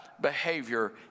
Behavior